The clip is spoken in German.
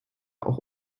auch